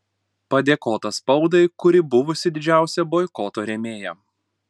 padėkota spaudai kuri buvusi didžiausia boikoto rėmėja